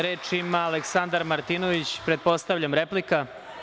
Reč ima Aleksandar Martinović, pretpostavljam replika?